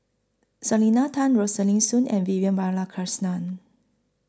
Selena Tan Rosaline Soon and Vivian Balakrishnan